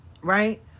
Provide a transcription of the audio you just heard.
right